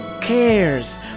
cares